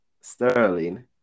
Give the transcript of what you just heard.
Sterling